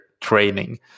training